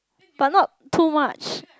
but not too much